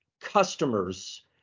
customers